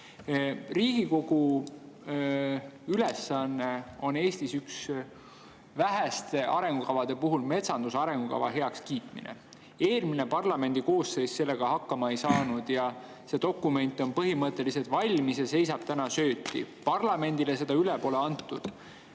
Riigikogu ülesanne on ühena vähestest arengukavadest metsanduse arengukava heaks kiita. Eelmine parlamendikoosseis sellega hakkama ei saanud. See dokument on põhimõtteliselt valmis ja seisab söötis, parlamendile seda üle pole antud.